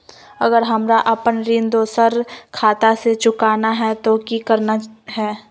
अगर हमरा अपन ऋण दोसर खाता से चुकाना है तो कि करना है?